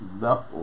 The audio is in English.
No